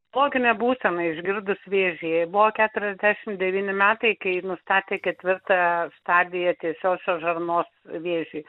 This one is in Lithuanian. loginę būseną išgirdus vėžį jai buvo keturiasdešimt devyni metai kai nustatė ketvirtą stadiją tiesiosios žarnos vėžiui